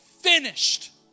finished